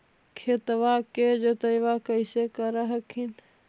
खेतबा के जोतय्बा कैसे कर हखिन?